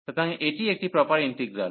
সুতরাং এটি একটি প্রপার ইন্টিগ্রাল